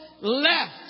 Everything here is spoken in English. left